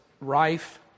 rife